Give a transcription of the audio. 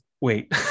wait